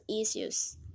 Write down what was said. issues